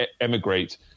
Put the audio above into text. emigrate